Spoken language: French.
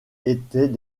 étaient